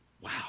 Wow